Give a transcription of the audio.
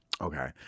Okay